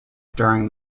during